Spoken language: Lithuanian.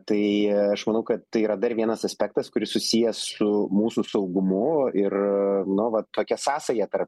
tai aš manau kad tai yra dar vienas aspektas kuris susijęs su mūsų saugumu ir nuolat tokia sąsaja tarp